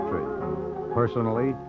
Personally